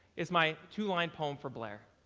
is my two-line poem for blair.